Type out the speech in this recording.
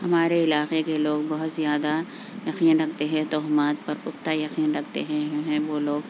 ہمارے علاقے کے لوگ بہت زیادہ یقین رکھتے ہیں تہمات پر پختہ یقین رکھتے ہیں وہ لوگ